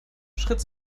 schritt